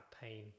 pain